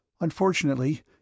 Unfortunately